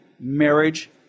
marriage